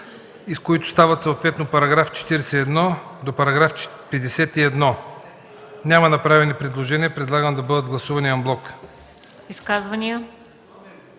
които стават съответно § 41 до § 51. Няма направени предложения. Предлагам да бъдат гласувани анблок.